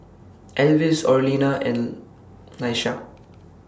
Alvis Orlena and Laisha